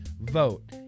vote